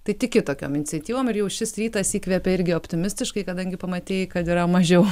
tai tiki tokiom iniciatyvom ir jau šis rytas įkvepia irgi optimistiškai kadangi pamatei kad yra mažiau